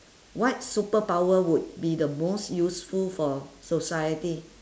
what superpower would be the most useful for society